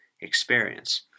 experience